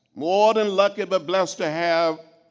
more than lucky, but blessed to have